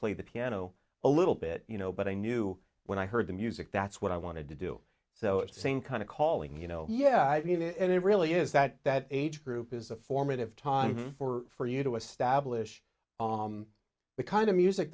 played the piano a little bit you know but i knew when i heard the music that's what i wanted to do so it's the same kind of calling you know yeah i mean it really is that that age group is a formative time for you to establish the kind of music